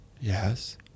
Yes